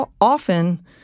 often